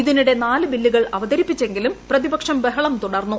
ഇതിനിടെ നാല് ബില്ലുകൾ അവതരിപ്പിച്ചെങ്കിലും പ്രതിപക്ഷം ബഹളം തുടർന്നു